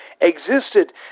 existed